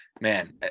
man